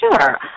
Sure